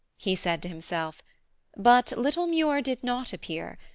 he said to himself but little muir did not appear,